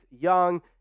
Young